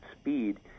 speed